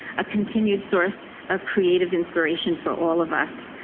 a continued source of creative inspiration for all of us.